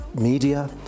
media